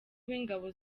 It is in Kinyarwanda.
w’ingabo